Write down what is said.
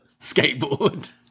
skateboard